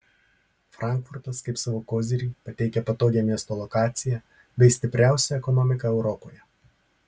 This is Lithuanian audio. frankfurtas kaip savo kozirį pateikia patogią miesto lokaciją bei stipriausią ekonomiką europoje